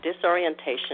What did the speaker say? disorientation